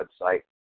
website